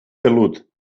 pelut